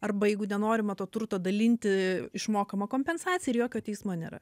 arba jeigu nenorima to turto dalinti išmokama kompensacija ir jokio teismo nėra